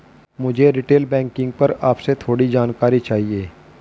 मुझे retail banking पर आपसे थोड़ी जानकारी चाहिए